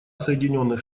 соединенных